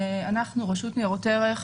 אנחנו הרשות לניירות ערך,